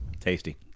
Tasty